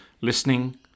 listening